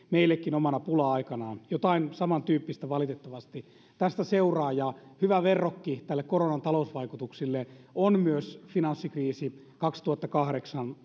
meillekin omana pula aikana jotain samantyyppistä valitettavasti tästä seuraa ja hyvä verrokki näille koronan talousvaikutuksille on myös finanssikriisi kaksituhattakahdeksan